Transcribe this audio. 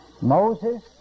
Moses